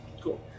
Cool